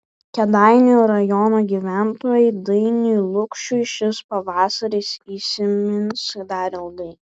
kėdainių rajono gyventojui dainiui lukšiui šis pavasaris įsimins dar ilgai